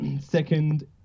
Second